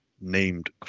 named